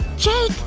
jake,